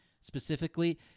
specifically